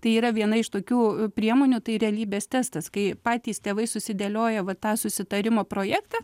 tai yra viena iš tokių priemonių tai realybės testas kai patys tėvai susidėlioja va tą susitarimo projektą